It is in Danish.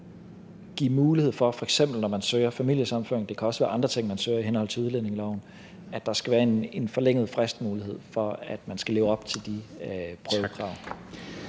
give mulighed for, f.eks. når man søger familiesammenføring, og det kan også være andre ting, man søger i henhold til udlændingeloven, at der skal være en forlænget fristmulighed for at leve op til de prøvekrav.